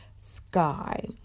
sky